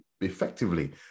effectively